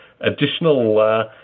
additional